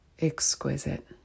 exquisite